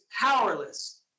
powerless